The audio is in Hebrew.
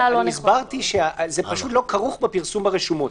הסברתי שזה פשוט לא כרוך בפרסום ברשומות.